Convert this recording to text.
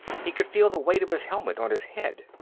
he could feel the weight of his helmet on his head.